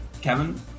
kevin